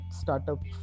startup